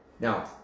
now